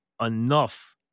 enough